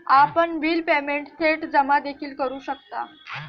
आपण bill payment थेट जमा देखील करू शकता